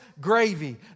gravy